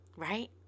Right